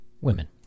women